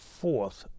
fourth